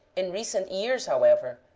in recent years, however,